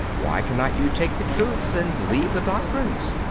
why cannot you take the truths and leave the doctrines?